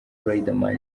riderman